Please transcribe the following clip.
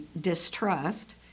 distrust